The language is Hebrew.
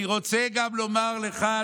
אני רוצה גם לומר לך,